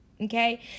okay